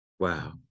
wow